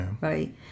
right